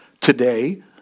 Today